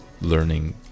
learning